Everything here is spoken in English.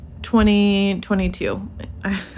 2022